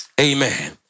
Amen